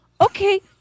Okay